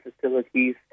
facilities